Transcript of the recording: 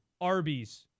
Arby's